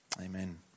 Amen